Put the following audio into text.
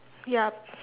ya